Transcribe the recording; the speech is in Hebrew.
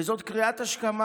וזאת קריאת השכמה.